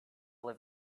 live